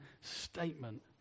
statement